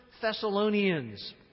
Thessalonians